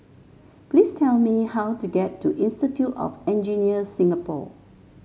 please tell me how to get to Institute of Engineer Singapore